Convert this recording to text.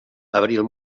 abril